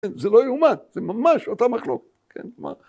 ‫זו לא יאומן, זה ממש אותה מחלוקת.